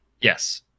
Yes